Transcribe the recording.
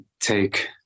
take